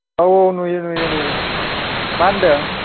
औ नुयो नुयो नुयो मा होन्दों